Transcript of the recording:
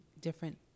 different